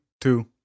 two